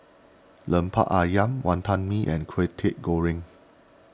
Lemper Ayam Wantan Mee and Kwetiau Goreng